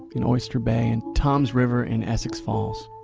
in oyster bay and toms river and essex-falls.